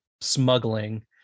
smuggling